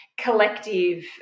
collective